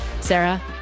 Sarah